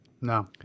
No